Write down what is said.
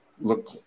look